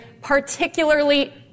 particularly